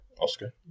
Oscar